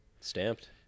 Stamped